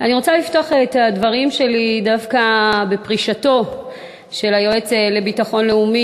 אני רוצה לפתוח את דברי דווקא בפרישתו של היועץ לביטחון לאומי